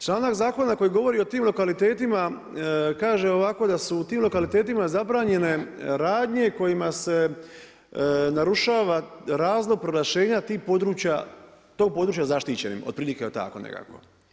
Članak zakona koji govori o tim lokalitetima, kaže ovako da su u tim lokalitetima zabranjene radnje kojima se narušava razlog proglašenja tih područja, tog područja zaštićenim, otprilike tako nekako.